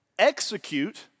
execute